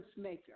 maker